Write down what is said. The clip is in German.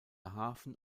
hafen